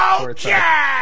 Okay